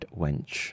wench